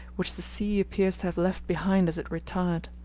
which the sea appears to have left behind as it retired.